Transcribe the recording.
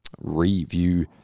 review